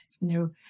no